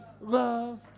love